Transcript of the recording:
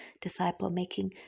disciple-making